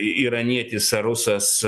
iranietis ar rusas